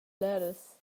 bleras